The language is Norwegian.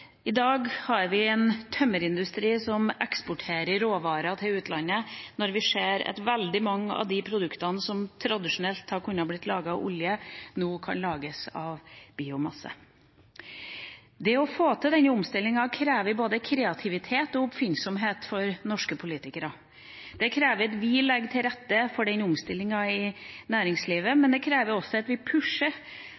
I dag har vi en tømmerindustri som eksporterer råvarer til utlandet, og vi ser at veldig mange av de produktene som tradisjonelt har kunnet bli laget av olje, nå kan lages av biomasse. Det å få til denne omstillinga krever både kreativitet og oppfinnsomhet av norske politikere. Det krever at vi legger til rette for den omstillinga i næringslivet, men det krever også at vi pusher